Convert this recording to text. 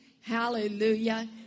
Hallelujah